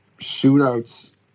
Shootouts